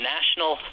National